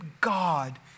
God